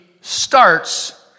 starts